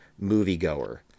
moviegoer